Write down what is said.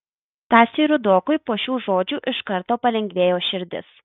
stasiui rudokui po šių žodžių iš karto palengvėjo širdis